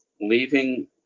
leaving